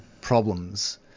problems